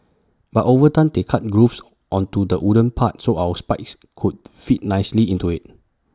but over time they cut grooves onto the wooden part so our spikes could fit nicely into IT